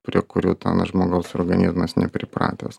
prie kurių ten žmogaus organizmas nepripratęs